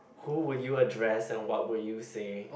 who would you address and what would you say